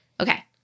okay